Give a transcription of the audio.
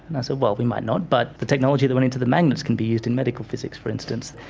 and i say, well, we might not, but the technology that went into the magnets can be used in medical physics, for instance.